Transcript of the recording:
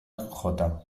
jota